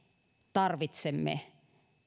tarvitsemme